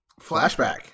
Flashback